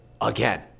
again